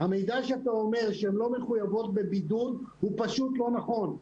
כך שהמידע שאתה אומר על כך שהן לא מחויבות בבידוד הוא פשוט לא נכון.